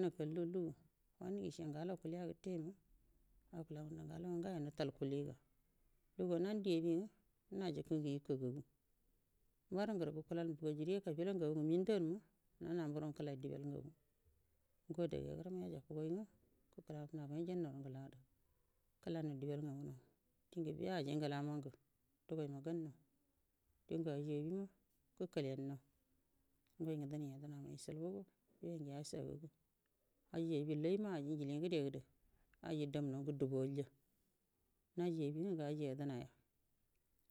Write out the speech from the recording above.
Nakallu lugu wakungu ish ngalo kuliya gut te ima akula ngaudu ngala nga ngayo nutal kuliga luguwa nandi obi nga najikə ngu ikagagu manu nguru gukulaldu boru injili kabila ugagu ngu windana namburu ngu kəlayi dibel ngagu ngo adaga yagurai yajefu goi nga yatajgoi funagoi nga jannauru ngdadu kəlainau dibel nganu dingu biye aji nangu dugoigo gamau dingu aji abi ma gukulennau ngou ngu dinai yadənama ishilbugo yoyu nga yashagugo aji abi laiwa aji ujili ngu de gudu aji dmmau ngu dubuwalya naji abi nga nga aji yedənaya